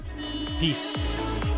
peace